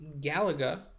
Galaga